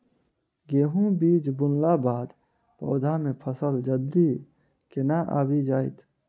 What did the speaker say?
गेंहूँ बीज बुनला बाद पौधा मे फसल जल्दी केना आबि जाइत?